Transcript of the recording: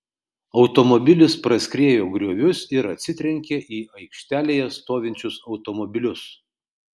automobilis praskriejo griovius ir atsitrenkė į aikštelėje stovinčius automobilius